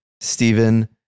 Stephen